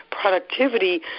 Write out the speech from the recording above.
productivity